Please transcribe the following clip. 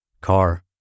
car